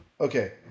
Okay